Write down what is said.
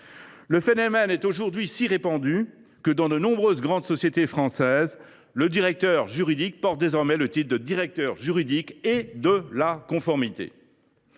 Le phénomène est aujourd’hui si répandu que, dans de nombreuses grandes sociétés françaises, le directeur juridique porte désormais le titre de « directeur juridique et de la conformité